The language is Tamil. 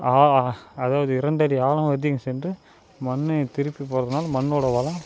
அதாவது இரண்டடி ஆழம் ஒதுங்கி சென்று மண்ணை திருப்பி போடுகிறதுனால மண்ணோட வளம்